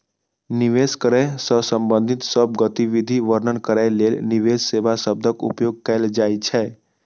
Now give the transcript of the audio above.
निवेश करै सं संबंधित सब गतिविधि वर्णन करै लेल निवेश सेवा शब्दक उपयोग कैल जाइ छै